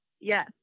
yes